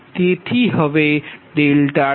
તેથી હવે 2 3